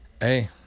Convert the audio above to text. hey